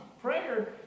Prayer